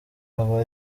aba